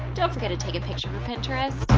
don't forget to take a picture for pinterest.